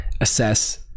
assess